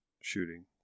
shooting